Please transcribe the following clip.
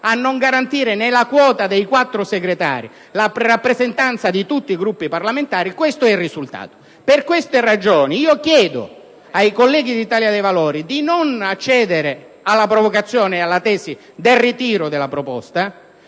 a non garantire nella quota dei quattro Segretari la rappresentanza di tutti i Gruppi parlamentari: questo è il risultato. Per queste ragioni chiedo ai colleghi dell'Italia dei Valori di non accedere alla provocazione e alla tesi del ritiro della proposta